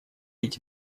эти